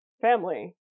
family